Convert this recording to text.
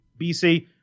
BC